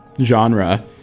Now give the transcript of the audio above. genre